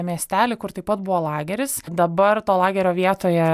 miestelį kur taip pat buvo lageris dabar to lagerio vietoje